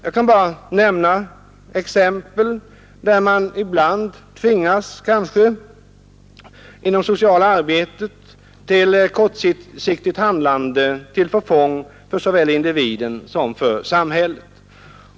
Jag kan bara nämna ett exempel på hur man ibland inom det sociala arbetet tvingas handla kortsiktigt till förfång för såväl individen som samhället.